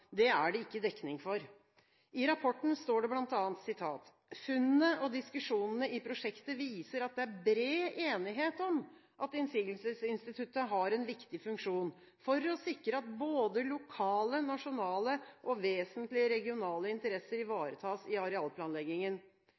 Det er det ikke dekning for. I rapporten står det bl.a.: «Funnene og diskusjonene i prosjektet viser at det er bred enighet om at innsigelsesinstituttet har en viktig funksjon for å sikre at både lokale, nasjonale og vesentlig regionale interesser ivaretas i arealplanleggingen.